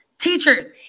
teachers